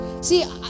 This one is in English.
See